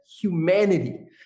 humanity